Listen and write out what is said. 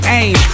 aim